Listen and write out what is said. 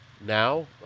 now